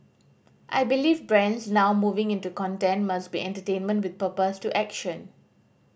I believe brands now moving into content must be entertainment with purpose to action